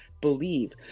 believe